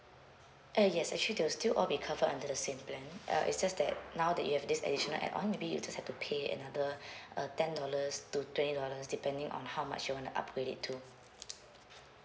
uh yes actually they'll still all be cover under the same plan uh it's just that now that you have this additional add on maybe you just have to pay another uh ten dollars to twenty dollars depending on how much you want to upgrade it to